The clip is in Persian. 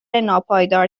ناپایدار